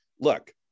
look